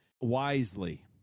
wisely